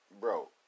bro